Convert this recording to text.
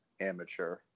amateur